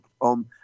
on